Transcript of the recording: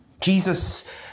Jesus